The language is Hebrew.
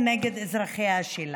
הם הכחישו,